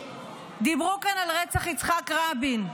דיברו כאן על רצח יצחק רבין.